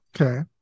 Okay